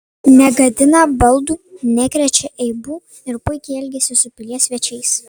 negadina baldų nekrečia eibių ir puikiai elgiasi su pilies svečiais